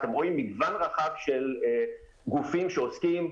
מגוון רחב של גופים שעוסקים.